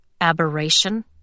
Aberration